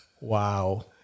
Wow